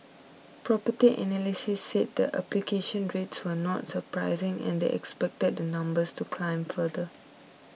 Property Analysts said the application rates were not surprising and they expected the numbers to climb further